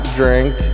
drink